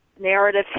narrative